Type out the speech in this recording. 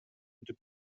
күтүп